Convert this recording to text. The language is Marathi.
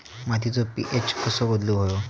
मातीचो पी.एच कसो बदलुक होयो?